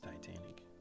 Titanic